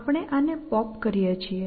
આપણે આને પોપ કરીએ છીએ